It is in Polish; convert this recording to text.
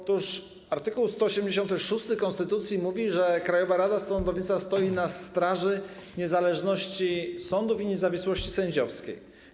Otóż art. 186 konstytucji mówi, że Krajowa Rada Sądownictwa stoi na straży niezależności sądów i niezawisłości sędziowskiej.